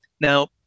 Now